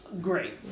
Great